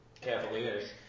Cavaliers